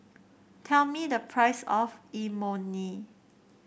tell me the price of Imoni